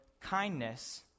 kindness